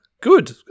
good